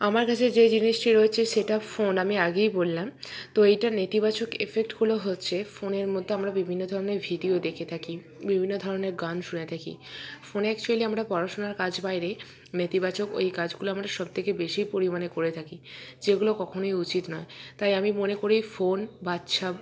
আমার কাছে যে জিনিসটি রয়েচে সেটা ফোন আমি আগেই বললাম তো এইটার নেতিবাচক এফেক্টগুলো হচ্ছে ফোনের মধ্যে আমরা বিভিন্ন ধরণের ভিডিও দেখে থাকি বিভিন্ন ধরণের গান শুনে থাকি ফোনে অ্যাকচুয়েলি আমরা পড়াশুনার কাজ বাইরে নেতিবাচক ওই কাজগুলো আমরা সব থেকে বেশি পরিমাণে করে থাকি যেগুলো কখনই উচিত নয় তাই আমি মনে করি ফোন বাচ্ছা